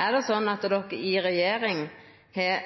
Er det sånn at dei i regjering har